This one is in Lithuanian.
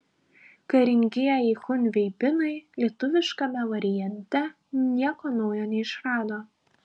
karingieji chunveibinai lietuviškame variante nieko naujo neišrado